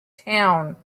town